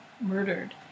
murdered